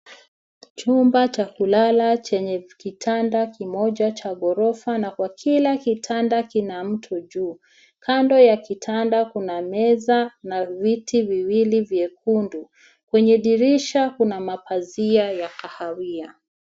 Chumba cha kulala chenye kitanda kimoja cha ghorofa na kwa kila kitanda kina mto juu. Kando ya kitanda kuna meza, na viti viwili vyekundu. Kwenye dirisha kuna mapazia ya kahawia.